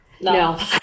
No